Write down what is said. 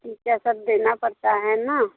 यह क्या सब देना पड़ता है ना